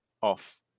off